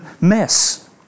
mess